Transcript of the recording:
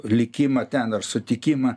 likimą ten ir sutikimą